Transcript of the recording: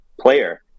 player